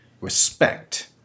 respect